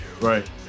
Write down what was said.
Right